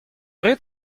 rit